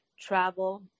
travel